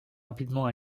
rapidement